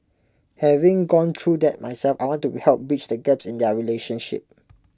having gone through that myself I want to help bridge the gaps in their relationship